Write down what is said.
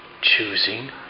choosing